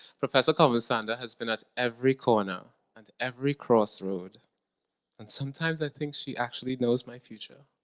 professor cobham-sander has been at every corner and every crossroad and sometimes i think she actually knows my future.